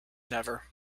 never